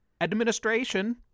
Administration